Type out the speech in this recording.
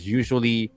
usually